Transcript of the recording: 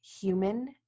human